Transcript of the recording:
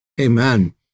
Amen